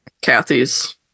Kathy's